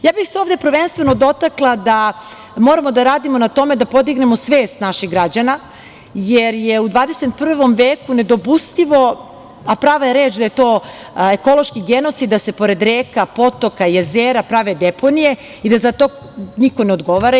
Ovde bih se prvenstveno dotakla toga da moramo da radimo na tome da podignemo svest naših građana, jer je u 21. veku nedopustivo, a prava je reč da je to ekološki genocid, da se pored reka, potoka, jezera, prave deponije i da za to niko ne odgovara.